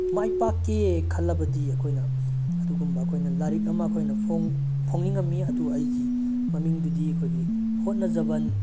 ꯃꯥꯏ ꯄꯥꯛꯀꯦ ꯈꯜꯂꯕꯗꯤ ꯑꯩꯈꯣꯏꯅ ꯑꯗꯨꯒꯨꯝꯕ ꯑꯩꯈꯣꯏꯅ ꯂꯥꯏꯔꯤꯛ ꯑꯃ ꯑꯩꯈꯣꯏꯅ ꯐꯣꯡꯅꯤꯡꯉꯝꯃꯤ ꯑꯗꯨ ꯑꯩꯒꯤ ꯃꯃꯤꯡꯗꯨꯗꯤ ꯑꯩꯈꯣꯏꯒꯤ ꯍꯣꯠꯅꯖꯃꯟ